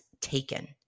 taken